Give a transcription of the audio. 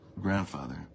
grandfather